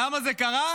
למה זה קרה?